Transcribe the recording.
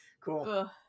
Cool